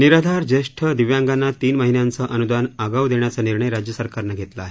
निराधार ज्येष्ठ दिव्यांगांना तीन महिन्यांचं अनुदान आगाऊ देण्याचा निर्णय राज्य सरकारने घेतला आहे